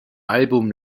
album